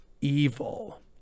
evil